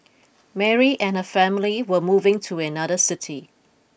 Mary and her family were moving to another city